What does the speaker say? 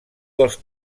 dels